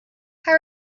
how